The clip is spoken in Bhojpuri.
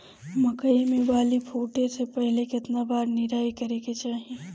मकई मे बाली फूटे से पहिले केतना बार निराई करे के चाही?